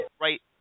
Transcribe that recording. right